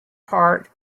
part